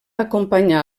acompanyar